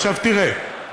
עכשיו תראה,